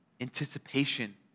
anticipation